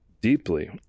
deeply